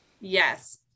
Yes